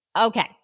Okay